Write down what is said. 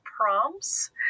prompts